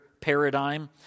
paradigm